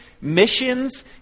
missions